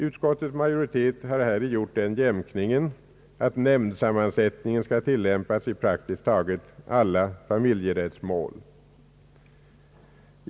Utskottets majoritet har häri gjort den jämkningen att nämndsammansättningen skall tillämpas i praktiskt taget alla familjerättsmål.